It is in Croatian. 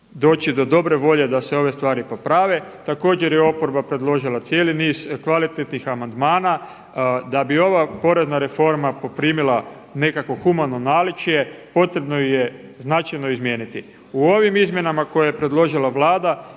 doći do dobre volje da se ove stvari poprave. Također, je oporba predložila cijeli niz kvalitetnih amandmana da bi ova porezna reforma poprimila nekakvo humano naličje potrebno ju je značajno izmijeniti. U ovim izmjenama koje je predložila Vlada